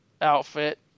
outfit